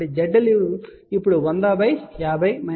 కాబట్టి zL ఇప్పుడు 10050 j3050 2 j 0